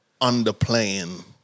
underplaying